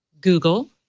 Google